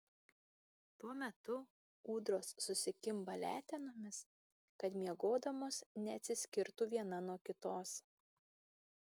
tuo metu ūdros susikimba letenomis kad miegodamos neatsiskirtų viena nuo kitos